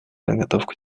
подготовку